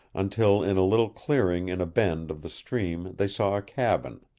until in a little clearing in a bend of the stream they saw a cabin.